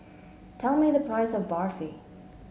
tell me the price of Barfi